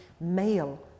male